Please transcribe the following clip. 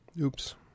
Oops